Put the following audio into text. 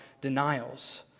denials